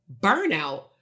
burnout